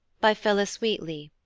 by phillis wheatley,